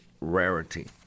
rarity